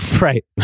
Right